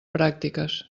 pràctiques